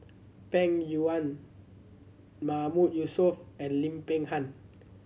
Peng Yuyun Mahmood Yusof and Lim Peng Han